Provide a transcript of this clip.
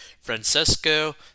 Francesco